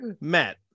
Matt